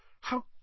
How